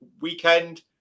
weekend